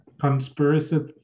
Conspiracy